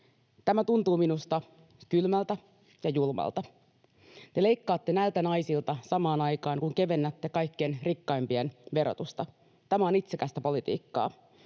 Tämä tuntuu minusta kylmältä ja julmalta. Te leikkaatte näiltä naisilta samaan aikaan, kun kevennätte kaikkein rikkaimpien verotusta. Tämä on itsekästä politiikkaa.